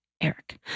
Eric